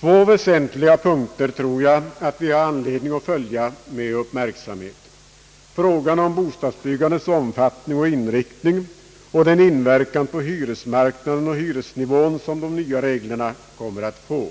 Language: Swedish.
Två väsentliga punkter tror jag att vi har anledning att följa med uppmärksamhet: frågan om bostadsbyggandets omfattning och inriktning samt den inverkan på hyresmarknaden och hyresnivån som de nya reglerna kommer att få.